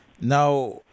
Now